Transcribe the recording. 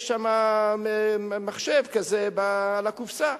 יש שם מחשב כזה על הקופסה.